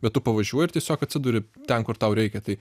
bet tu pavažiuoji ir tiesiog atsiduri ten kur tau reikia tai